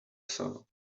saw